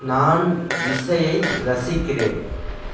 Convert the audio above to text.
நான் இசையை ரசிக்கிறேன்